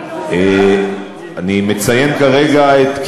אני מציין כרגע את,